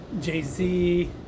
Jay-Z